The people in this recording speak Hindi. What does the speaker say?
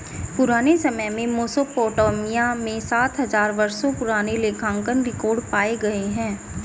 पुराने समय में मेसोपोटामिया में सात हजार वर्षों पुराने लेखांकन रिकॉर्ड पाए गए हैं